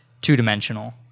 Two-dimensional